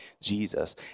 Jesus